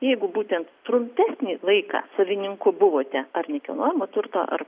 jeigu būtent trumpesnį laiką savininku buvote ar nekilnojamo turto ar